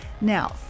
now